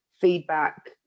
feedback